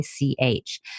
ICH